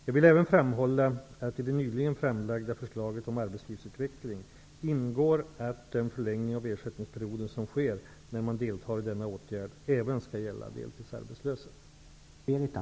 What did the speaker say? Jag vill även framhålla att i det nyligen framlagda förslaget om arbetslivsutveckling ingår att den förlängning av ersättningsperioden som sker när man deltar i denna åtgärd även skall gälla för de deltidsarbetslösa.